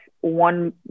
one